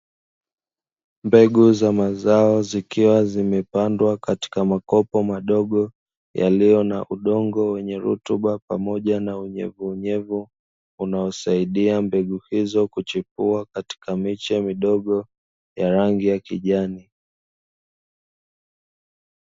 Mbegu za mazao zikiwa zimepandwa katika makopo madogo yaliyo na udongo wenye rutuba pamoja na unyevuunyevu, unaosaidia mbegu hizo kuchipua katika miche midogo ya rangi ya kijani.